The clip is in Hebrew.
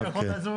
כשאספת